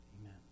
Amen